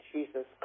Jesus